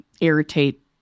irritate